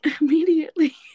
immediately